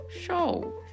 show